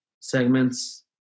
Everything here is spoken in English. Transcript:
segments